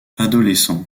adolescent